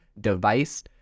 device